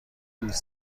درباره